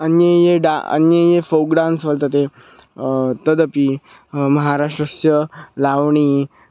अन्ये ये डा अन्ये ये फ़ोग् डान्स् वर्तते तदपि महाराष्ट्रस्य लाव्णी